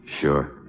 Sure